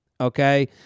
okay